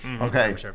Okay